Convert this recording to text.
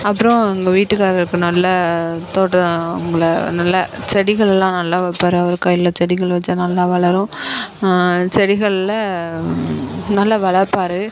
அப்புறோம் எங்கள் வீட்டுக்காரர் இப்போ நல்லா தோட்டம் அவங்க நல்ல செடிகளெலாம் நல்லா வைப்பாரு அவர் கையில் செடிகள் வைச்சா நல்லா வளரும் செடிகளில் நல்லா வளர்ப்பாரு